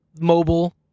mobile